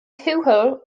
tuathail